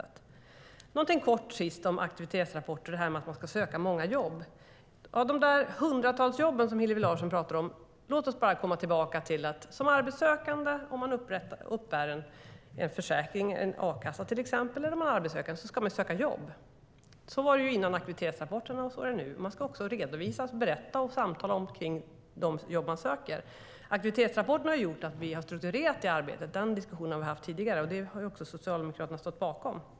Låt mig sist säga något kort om aktivitetsrapporter, det vill säga om att söka många jobb. Hillevi Larsson talar om hundratals jobb. En arbetssökande som uppbär en försäkring, till exempel a-kassa, ska söka jobb. Så var det innan aktivitetsrapporterna fanns, och så är det nu. Man ska redovisa, berätta och samtala om de jobb man söker. Aktivitetsrapporterna innebär att det arbetet har strukturerats. Den diskussionen har vi haft tidigare, och den har Socialdemokraterna stått bakom.